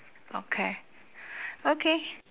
okay okay